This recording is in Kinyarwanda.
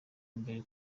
mbere